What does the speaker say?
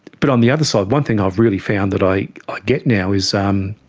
but on the other side, one thing i've really found that i get now is um